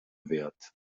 wert